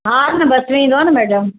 हा त बस में ईंदो आहे न मैडम